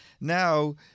Now